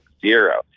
zero